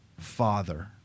father